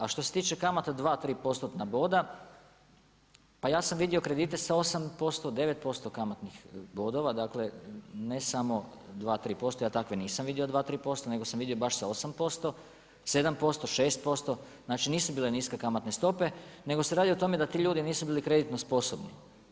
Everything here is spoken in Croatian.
A što se tiče kamata 2, 3%-tna boda, pa ja sam vidio kredite sa 8%, 9% kamatnih bodova, dakle ne samo 2,3%, ja takve nisam vidio 2, 3% nego sam vidio baš sa 8%, 7%, 6%, znači nisu bile niske kamatne stope nego se radi o tome da ti ljudi nisu bili kreditno sposobni.